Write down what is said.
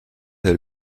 del